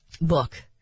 book